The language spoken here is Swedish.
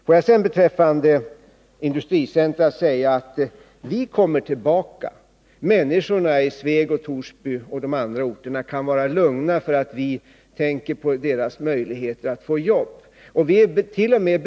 Låt mig sedan beträffande industricentra säga att vi ämnar komma tillbaka iden frågan. Invånarna i Sveg, Torsby och de andra berörda orterna kan vara lugna för att vi tänker på deras möjligheter att få jobb. Vi ärt.o.m.